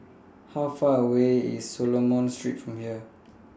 How Far away IS Solomon Street from here